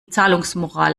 zahlungsmoral